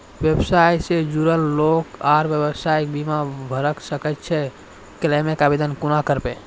व्यवसाय सॅ जुड़ल लोक आर व्यवसायक बीमा भऽ सकैत छै? क्लेमक आवेदन कुना करवै?